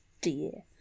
dear